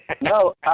No